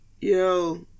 Yo